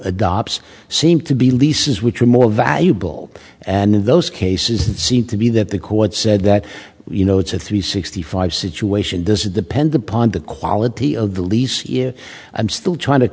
adopt seem to be leases which are more valuable and in those cases that seemed to be that the code said that you know it's a three sixty five situation does it depend upon the quality of the lease if i'm still trying to